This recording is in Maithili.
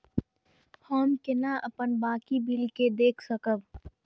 हम केना अपन बाकी बिल के देख सकब?